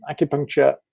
acupuncture